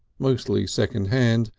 mostly second-hand,